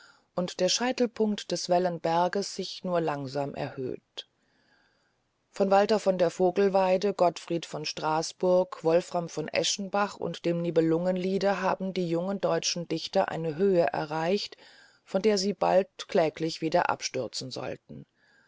und der scheitelpunkt des wellenberges sich nur langsam erhöht mit walter von der vogelweide gottfried von straßburg wolfram von eschenbach und dem nibelungenliede hatte die junge deutsche dichtung eine höhe erreicht von der sie bald kläglich wieder abstürzen sollte